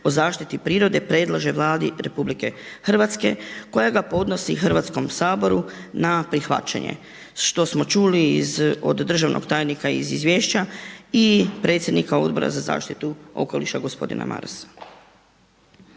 o zaštiti prirode predlaže Vladi RH koja ga podnosi Hrvatskom saboru na prihvaćanje što smo čuli od državnog tajnika iz izvješća i predsjednika Odbora za zaštitu okoliša gospodina Marasa.